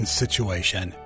situation